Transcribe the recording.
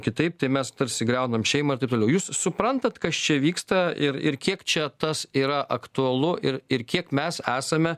kitaip tai mes tarsi griaunam šeimą ir taip toliau jūs suprantat kas čia vyksta ir ir kiek čia tas yra aktualu ir ir kiek mes esame